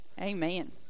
Amen